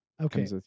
Okay